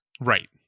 Right